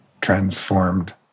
transformed